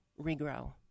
regrow